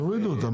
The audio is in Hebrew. תורידו אותן.